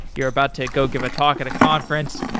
you're about to go give a talk at a conference.